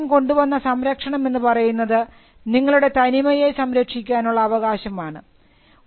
registration കൊണ്ടുവന്ന സംരക്ഷണം എന്ന് പറയുന്നത് നിങ്ങളുടെ തനിമയെ സംരക്ഷിക്കാനുള്ള അവകാശം ആണ്